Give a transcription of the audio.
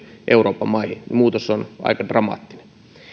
euroopan maihin muutos on aika dramaattinen